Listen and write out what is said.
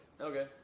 Okay